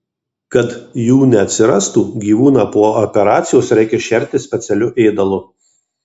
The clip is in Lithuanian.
kad jų neatsirastų gyvūną po operacijos reikia šerti specialiu ėdalu